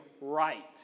right